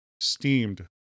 steamed